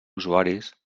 usuaris